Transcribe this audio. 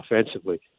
offensively